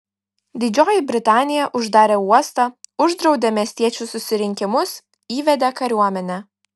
didžioji britanija uždarė uostą uždraudė miestiečių susirinkimus įvedė kariuomenę